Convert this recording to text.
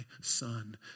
son